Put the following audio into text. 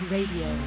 Radio